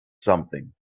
something